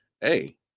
hey